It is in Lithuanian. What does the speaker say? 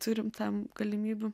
turim tam galimybių